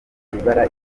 ibara